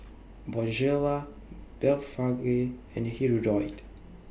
Bonjela Blephagel and Hirudoid